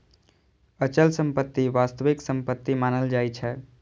अचल संपत्ति वास्तविक संपत्ति मानल जाइ छै